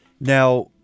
Now